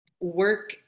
work